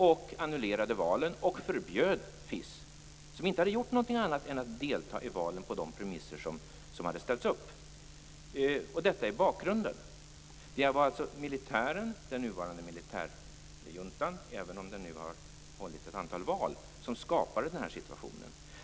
Man annullerade valen och förbjöd FIS, som inte hade gjort någonting annat än att delta i valen på de premisser som hade ställts upp. Detta är bakgrunden. Det var alltså den nuvarande militärjuntan som, även om den nu har hållit ett antal val, skapade den här situationen.